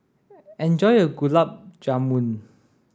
enjoy your Gulab Jamun